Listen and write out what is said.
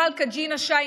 מלכה ג'ינה שי,